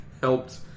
helped